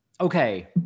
okay